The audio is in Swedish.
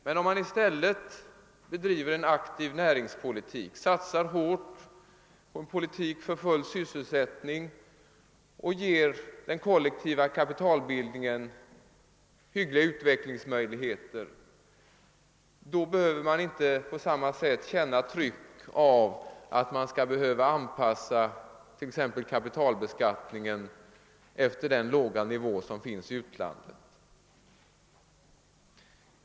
|| Men om man i stället bedriver. en aktiv näringspolitik, satsar hårt på en politik för full sysselsättning och ger den kollektiva kapitalbildningen hyggliga utvecklingsmöjligheter behöver man inte på samma sätt känna trycket av att man måste anpassa t.ex. kapitalbeskattningen till den låga nivå som finns i utlandet.